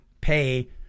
pay